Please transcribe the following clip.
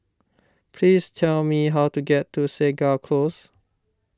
please tell me how to get to Segar Close